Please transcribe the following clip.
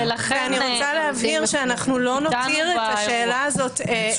אני רוצה להבהיר שאנחנו לא נותיר את השאלה הזאת בשתיקה.